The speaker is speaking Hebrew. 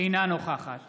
אינה נוכחת